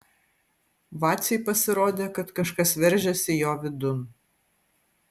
vacei pasirodė kad kažkas veržiasi jo vidun